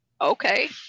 Okay